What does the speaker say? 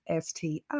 STI